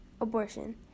abortion